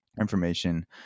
information